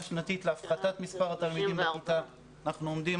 שנתית להפחתת מספר התלמידים בכיתה ואנחנו עומדים